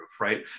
right